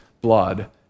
blood